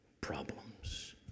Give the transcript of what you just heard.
problems